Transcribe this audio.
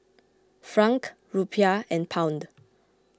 Franc Rupiah and Pound